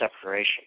separation